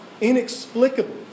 inexplicable